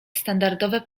standardowe